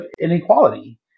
inequality